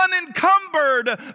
unencumbered